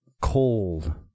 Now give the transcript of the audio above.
cold